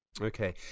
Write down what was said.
okay